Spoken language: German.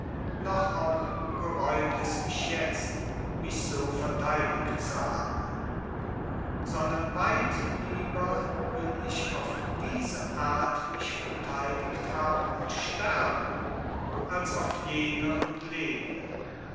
noch auch gereuet es mich jetzt mich so verteidigt zu haben sondern weit lieber will ich auf diese art mich verteidigt haben und sterben als auf jene und leben